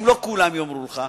אם לא כולם יאמרו לך,